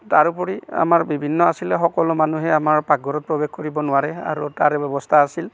তাৰোপৰি আমাৰ বিভিন্ন আছিলে সকলো মানুহেই আমাৰ পাকঘৰত প্ৰৱেশ কৰিব নোৱাৰে আৰু তাৰে ব্যৱস্থা আছিল